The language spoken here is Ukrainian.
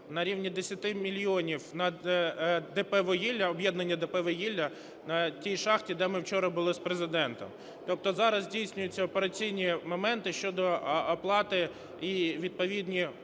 на рівні 10 мільйонів на ДП "Вугілля", об'єднання ДП "Вугілля", тій шахті де ми вчора були з Президентом. Тобто зараз здійснюються операційні моменти щодо оплати і відповідної